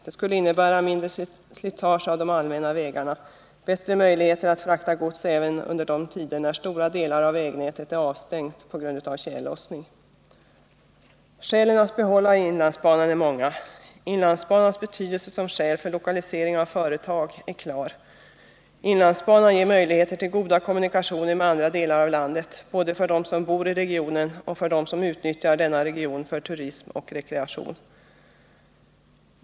Det skulle innebära mindre slitage på de allmänna vägarna och bättre möjligheter att frakta gods även under de tider när stora delar av vägnätet är avstängt på grund av tjällossning. Skälen att behålla inlandsbanan är många. Inlandsbanans betydelse som skäl för lokalisering av företag är klar. Inlandsbanan ger möjligheter till goda kommunikationer med andra delar av landet, både för dem som bor i regionen och för dem som utnyttjar denna region för turism och rekreation.